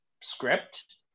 script